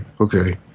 okay